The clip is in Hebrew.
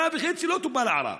שנה וחצי לא טופל הערר,